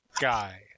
Guy